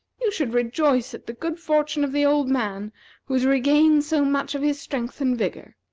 you should rejoice at the good fortune of the old man who has regained so much of his strength and vigor.